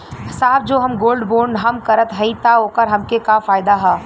साहब जो हम गोल्ड बोंड हम करत हई त ओकर हमके का फायदा ह?